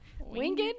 Winged